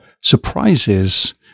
surprises